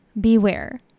beware